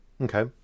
Okay